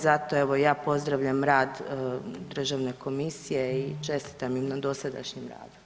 Zato evo ja pozdravljam rad Državne komisije i čestitam im na dosadašnjem radu.